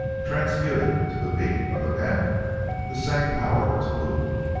transmuted to the meat of the men the same power to move.